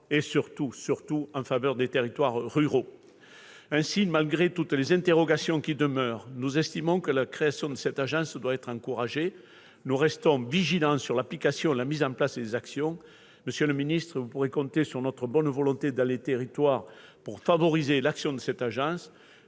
et surtout des territoires ruraux. Ainsi, malgré toutes les interrogations qui demeurent, nous estimons que la création de l'agence doit être encouragée. Nous resterons vigilants sur l'application et la mise en place de ses actions. Monsieur le ministre, vous pourrez compter sur notre bonne volonté dans les territoires pour favoriser ces dernières.